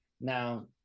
Now